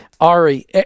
Ari